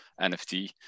NFT